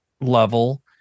level